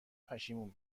پشیمون